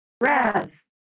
Raz